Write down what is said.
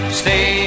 stay